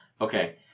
Okay